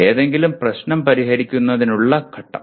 ഏതെങ്കിലും പ്രശ്നം പരിഹരിക്കുന്നതിനുള്ള ഘട്ടം